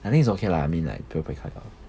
I think it's okay lah I mean like 不要被看到